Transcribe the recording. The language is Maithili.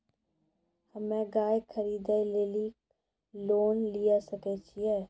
हम्मे गाय खरीदे लेली लोन लिये सकय छियै?